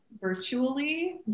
virtually